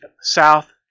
South